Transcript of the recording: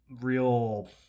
real